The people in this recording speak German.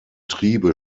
triebe